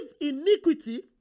iniquity